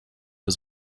his